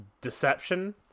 deception